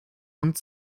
und